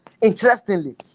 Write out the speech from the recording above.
Interestingly